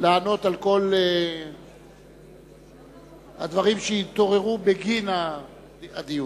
לענות על כל הדברים שהתעוררו בגין הדיון.